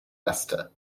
esther